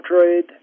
trade